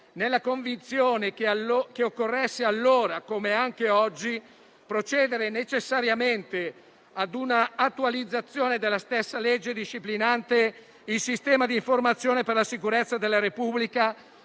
nella convinzione che occorresse, allora come anche oggi, procedere necessariamente ad una attualizzazione della stessa legge disciplinante il sistema di informazione per la sicurezza della Repubblica